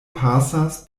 pasas